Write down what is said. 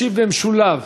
ישיב במשולב